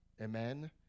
Amen